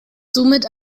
somit